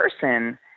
person